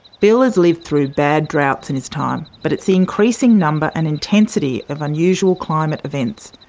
bill has lived through bad droughts in his time, but it's the increasing number and intensity of unusual climate events,